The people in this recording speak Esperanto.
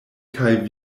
kaj